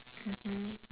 mmhmm